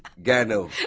get no